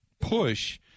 push